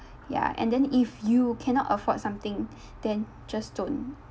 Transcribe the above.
yeah and then if you cannot afford something then just don't